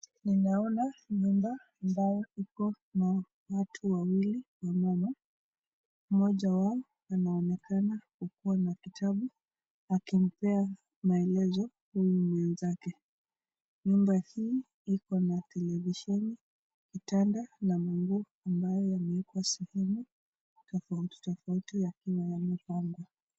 Ninaona nyumba ambayo iko na watu wawili wamama, mmoja wao anaonekana kuwa na kitabu akimpea maelezo huyu mwenzake. Nyumba hii iko na televisheni, kitanda na manguo ambayo yamewekwa sehemu tofauti tofauti yakiwa yamepangwa.